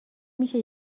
میشه